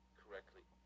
correctly